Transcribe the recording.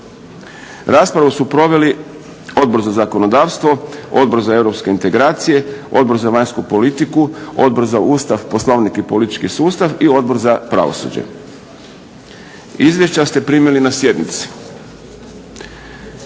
Raspravu su proveli Odbor za zakonodavstvo, Odbor za europske integracije, Odbor za vanjsku politiku, Odbor za Ustav, Poslovnik i politički sustav i Odbor za pravosuđe. Izvješća ste primili na sjednici.